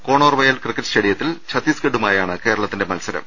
കോണോർവയൽ cricket സ്റ്റേഡിയത്തിൽ ചത്തീസ്ഗഡുമാ യാണ് കേരളത്തിന്റെ മത്സരം